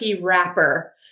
wrapper